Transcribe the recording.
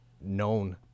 known